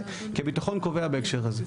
כי הביטחון קובע בהקשר הזה.